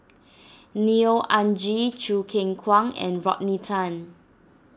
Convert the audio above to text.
Neo Anngee Choo Keng Kwang and Rodney Tan